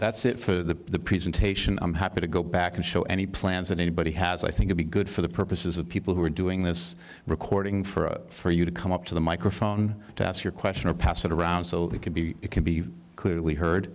that's it for the presentation i'm happy to go back and show any plans that anybody has i think it be good for the purposes of people who are doing this recording for a for you to come up to the microphone to ask your question or pass it around so it could be it can be c